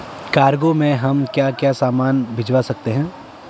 Cargo में हम क्या क्या सामान भिजवा सकते हैं?